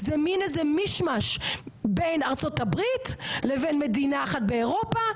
זה מין איזה משמש בין ארה"ב לבין מדינה אחת באירופה,